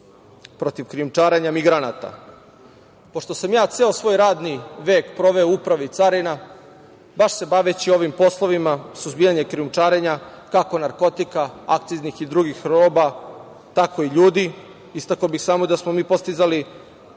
protiv krijumčarenja migranata. Pošto sam ja ceo svoj radni vek proveo u Upravi carina baveći se baš ovim poslovima suzbijanja krijumčarenja, kako narkotika, akciznih i drugih roba, tako i ljudi, istakao bih samo da smo mi postizali